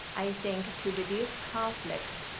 i think to reduce conflict,